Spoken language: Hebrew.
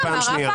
לא, אנחנו